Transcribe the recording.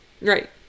Right